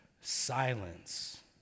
silence